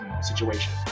situation